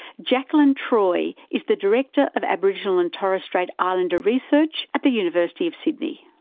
jakelin troy is the director of aboriginal and torres strait islander research at the university of sydney.